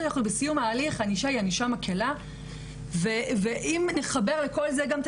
שאנחנו בסיום התהליך הענישה היא ענישה מקלה ואם נחבר לכל זה גם את